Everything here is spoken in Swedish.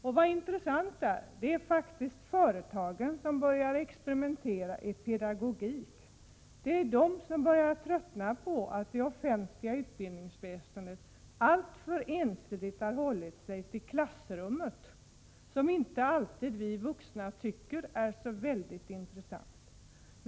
Och det intressanta är att företagen börjar experimentera i pedagogik. Det är företagen som börjar tröttna på att det offentliga utbildningsväsendet alltför ensidigt har hållit sig till klassrummet, vilket vi vuxna inte alltid tycker är så särskilt intressant.